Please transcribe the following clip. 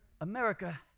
America